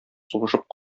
сугышып